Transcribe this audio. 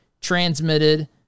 transmitted